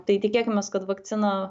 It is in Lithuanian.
tai tikėkimės kad vakcina